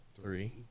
Three